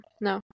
No